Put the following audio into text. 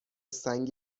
سنگ